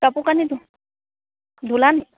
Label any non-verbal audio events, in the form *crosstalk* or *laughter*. কাপোৰ কানি *unintelligible* ধূলা *unintelligible*